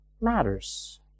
matters